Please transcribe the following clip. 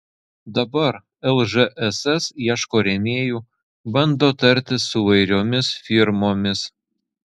dabar lžss ieško rėmėjų bando tartis su įvairiomis firmomis